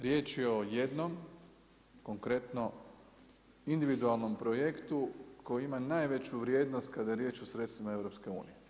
Riječ je o jedno konkretno individualnom projektu koji ima najveću vrijednost kada je riječ o sredstvima EU.